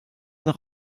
noch